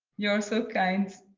you're so kind.